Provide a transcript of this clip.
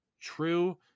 true